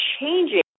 changing